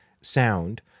sound